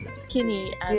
skinny